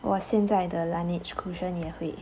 我现在的 Laneige cushion 也会